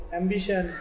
ambition